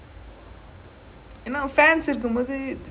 oh ஆமா ஆமா:aamaa aamaa like the a lot of